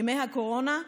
ימי הקורונה,